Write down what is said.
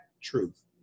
truth